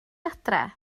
adre